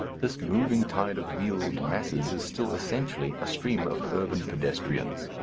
this moving tide of wheeled masses is still essentially a stream of urban pedestrians,